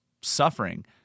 suffering